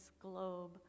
globe